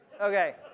Okay